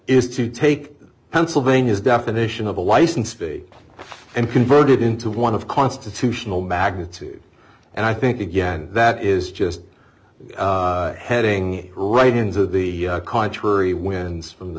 is to take pennsylvania's definition of a license fee and convert it into one of constitutional magnitude and i think again that is just heading right into the contrary winds from the